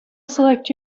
select